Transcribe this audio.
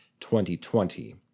2020